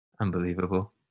Unbelievable